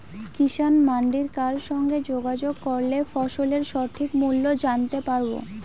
কিষান মান্ডির কার সঙ্গে যোগাযোগ করলে ফসলের সঠিক মূল্য জানতে পারবো?